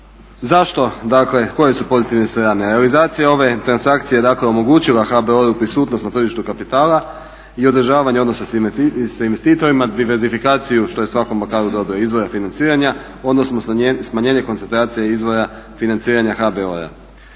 Zašto dakle koje su pozitivne strane? Realizacija ove transakcije dakle omogućila je HBOR-u prisutnost na tržištu kapitala i održavanje odnosa sa investitorima, diversifikaciju što je svakom dobar izvor financiranja odnosno smanjenje koncentracije izvora financiranja HBOR-a.